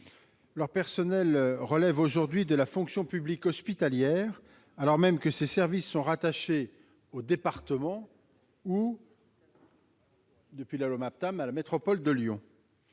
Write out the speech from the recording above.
Leur personnel relève aujourd'hui de la fonction publique hospitalière, alors même que ces services sont rattachés aux départements ou, depuis la loi Maptam, à la métropole de Lyon.